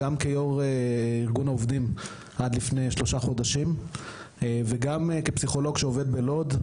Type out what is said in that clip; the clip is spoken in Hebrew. גם כיו"ר ארגון העובדים עד לפני שלושה חודשים וגם כפסיכולוג שעובד בלוד,